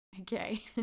okay